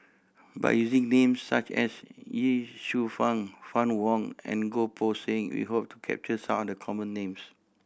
by using names such as Ye Shufang Fann Wong and Goh Poh Seng we hope to capture some of the common names